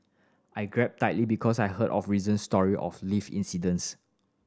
I grabbed tightly because I heard of recent story of lift incidents